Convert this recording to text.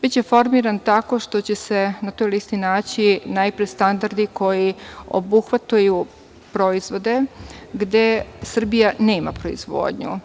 Biće formiran tako što će se na toj listi naći najpre standardi koji obuhvataju proizvode, gde Srbija nema proizvodnju.